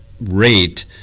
rate